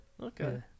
Okay